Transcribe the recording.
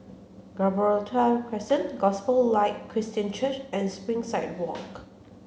Gibraltar Crescent Gospel Light Christian Church and Springside Walk